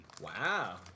Wow